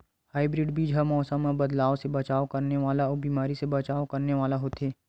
hybrid बीज हा मौसम मे बदलाव से बचाव करने वाला अउ बीमारी से बचाव करने वाला होथे